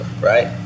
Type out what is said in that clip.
right